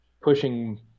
pushing